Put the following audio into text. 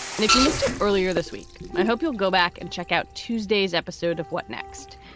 and if you missed it earlier this week, i hope you'll go back and check out tuesdays episode of what next?